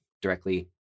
directly